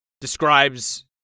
describes